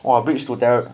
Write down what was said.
!wah! bridge to tera~